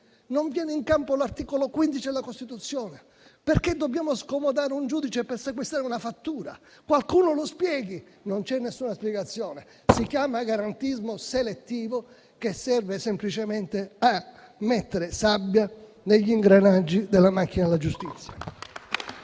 non viene in campo l'articolo 15 della Costituzione, perché dobbiamo scomodare un giudice per sequestrare una fattura. Qualcuno lo spieghi; non c'è alcuna spiegazione. Si chiama garantismo selettivo, che serve semplicemente a mettere sabbia negli ingranaggi della macchina della giustizia.